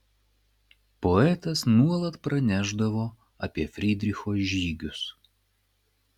poetas nuolat pranešdavo apie frydricho žygius